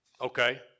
okay